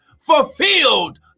fulfilled